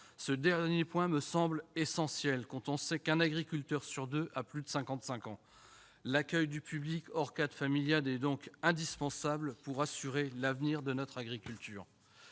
des générations, enjeu essentiel, car un agriculteur sur deux a plus de 55 ans. L'accueil du public hors cadre familial est donc indispensable pour assurer l'avenir de notre agriculture.